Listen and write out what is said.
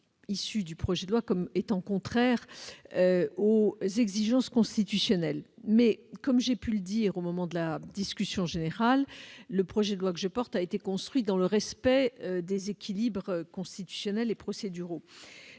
issue du projet de loi comme étant contraire aux exigences constitutionnelles. Cependant, comme j'ai pu le dire au moment de la discussion générale, le projet de loi que je porte a été construit dans le respect des équilibres constitutionnels et procéduraux.